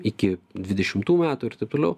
iki dvidešimtų metų ir taip toliau